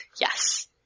Yes